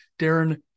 Darren